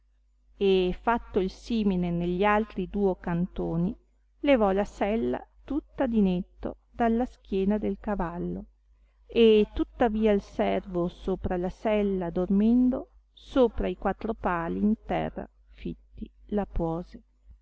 e fatto il simile negli altri duo cantoni levò la sella tutta di netto dalla schiena del cavallo e tuttavia il servo sopra la sella dormendo sopra i quattro pali in terra fitti la puose